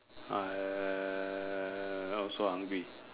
I also hungry